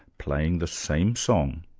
playing the same song.